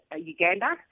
Uganda